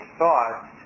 thoughts